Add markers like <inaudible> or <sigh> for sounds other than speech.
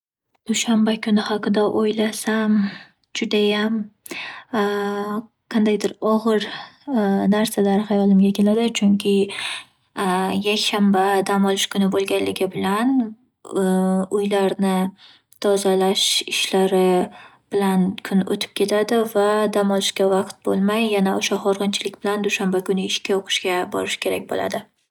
Dushanba kuni haqida o'ylasam, judayam <hesitation> qandaydir og'ir <hesitation> narsalar hayolimga keladi, chunki <hesitation> yakshanba dam olish bo'lganligi bilan <hesitation> uylarni tozalash ishlari bilan kun o'tib ketadi va dam olishga vaqt bo'lmay yana o'sha xorg'inchilik bilan dushanba kuni ishga, o'qishga borish kerak bo’ladi.